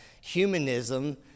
humanism